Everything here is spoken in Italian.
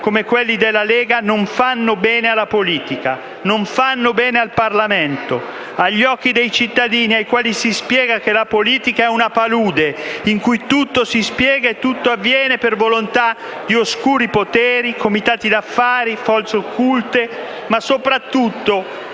come quelli della Lega non fanno bene alla politica, al Parlamento e agli occhi dei cittadini, ai quali si dice che la politica è una palude, in cui tutto si spiega e tutto avviene per volontà di oscuri poteri, comitati d'affari e forze occulte. E, soprattutto,